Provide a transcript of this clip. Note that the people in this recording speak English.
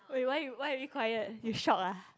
wait why you why are you quiet you shocked ah